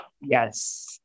Yes